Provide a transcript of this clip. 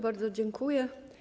Bardzo dziękuję.